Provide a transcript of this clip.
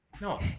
No